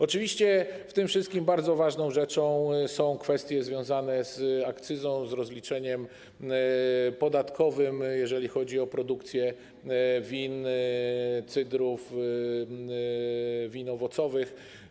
Oczywiście w tym wszystkim bardzo ważną rzeczą są kwestie związane z akcyzą, z rozliczeniem podatkowym, jeżeli chodzi o produkcję win, cydrów, win owocowych.